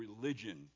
religion